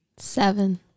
Seven